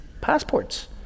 passports